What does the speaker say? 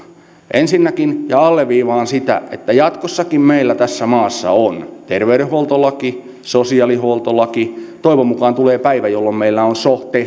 ensinnäkin ja alleviivaan sitä jatkossakin meillä tässä maassa on terveydenhuoltolaki sosiaalihuoltolaki toivon mukaan tulee päivä jolloin meillä on so te